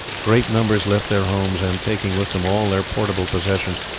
great numbers left their homes, and taking with them all their portable possessions,